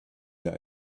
that